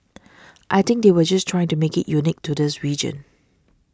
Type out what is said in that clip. I think they were just trying to make it unique to this region